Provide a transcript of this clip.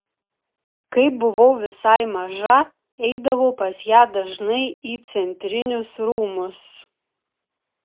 kai buvau visai maža eidavau pas ją dažnai į centrinius rūmus